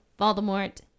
Voldemort